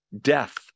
death